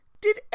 Did